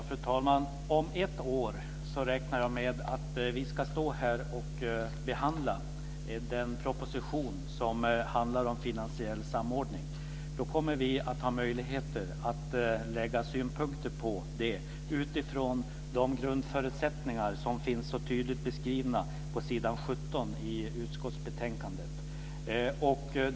Fru talman! Om ett år räknar jag med att vi ska behandla den proposition som handlar om finansiell samordning. Då kommer vi att ha möjligheter att lägga synpunkter på den utifrån de grundförutsättningar som finns så tydligt beskrivna på s. 17 i utskottsbetänkandet.